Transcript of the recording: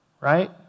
right